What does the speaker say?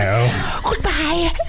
Goodbye